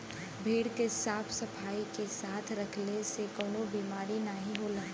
भेड़ के साफ सफाई के साथे रखले से कउनो बिमारी नाहीं होला